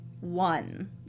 one